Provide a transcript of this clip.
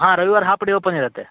ಹಾಂ ರವಿವಾರ half day open ಇರುತ್ತೆ